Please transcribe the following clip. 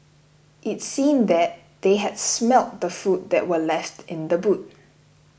it seemed that they had smelt the food that were left in the boot